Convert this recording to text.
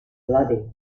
bloody